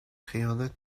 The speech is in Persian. خیانت